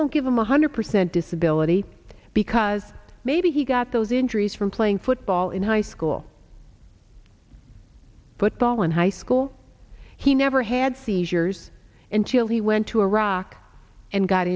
won't give him a hundred percent disability because maybe he got those injuries from playing football in high school football in high school he never had seizures in jail he went to iraq and got